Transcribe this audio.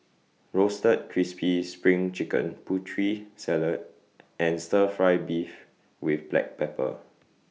Roasted Crispy SPRING Chicken Putri Salad and Stir Fry Beef with Black Pepper